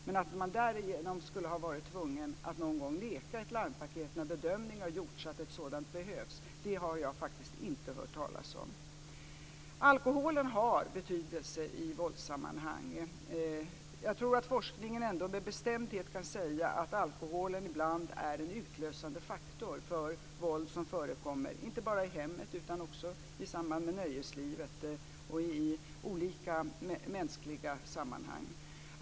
Men att man därigenom har varit tvungen att någon gång neka ett larmpaket när bedömningen har gjorts att ett sådant behövs har jag inte hört talas om. Alkoholen har betydelse i våldssammanhang. Jag tror att forskningen med bestämdhet kan säga att alkoholen ibland är en utlösande faktor för våld som förekommer inte bara i hemmet utan också i samband med nöjesliv och olika mänskliga sammanhang.